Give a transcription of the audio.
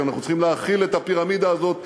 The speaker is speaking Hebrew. שאנחנו צריכים להאכיל את הפירמידה הזאת מלמטה.